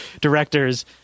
directors